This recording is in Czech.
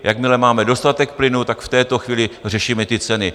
Jakmile máme dostatek plynu, tak v této chvíli řešíme ty ceny.